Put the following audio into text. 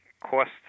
cost